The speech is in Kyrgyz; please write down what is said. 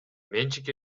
менчик